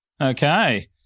Okay